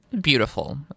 Beautiful